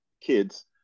kids